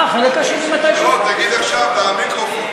אה, החלק השני, מתי, לא, תגיד עכשיו, למיקרופון.